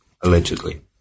allegedly